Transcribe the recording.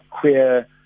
queer